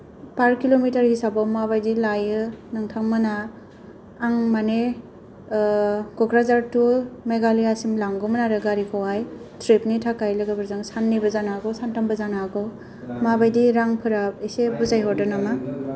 पार kilometre हिसाबाव माबायदि लायो नोंथांमोना आं माने ओ कक्राझार तु मेघालयासिम लांगौमोन आरो गारिखौहाय त्रिपनि थाखाय लोगोफोरजों साननैबो जानो हागौ सानथामबो जानो हागौ माबायदि रांफोरा इसे बुजायहरदो नामा